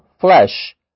flesh